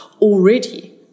already